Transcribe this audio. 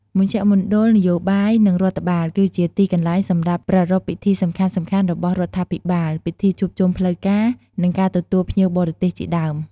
មជ្ឈមណ្ឌលនយោបាយ និងរដ្ឋបាល គឺជាទីកន្លែងសម្រាប់ប្រារព្ធពិធីសំខាន់ៗរបស់រដ្ឋាភិបាល ពិធីជួបជុំផ្លូវការ និងការទទួលភ្ញៀវបរទេសជាដើម។